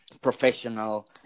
professional